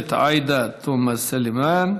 הכנסת עאידה תומא סלימאן.